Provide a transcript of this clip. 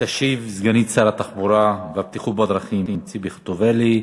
תשיב סגנית שר התחבורה והבטיחות בדרכים ציפי חוטובלי,